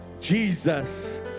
Jesus